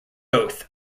both